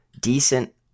decent